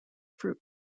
fruit